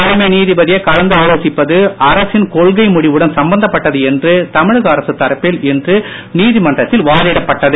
தலைமை நீதிபதியை கலந்து ஆலோசிப்பது அரசின் கொள்கை முடிவுடன் சம்பந்தப்பட்டது என்று தமிழக அரசுத் தரப்பில் இன்று நீதிமன்றத்தில் வாதிடப்பட்டது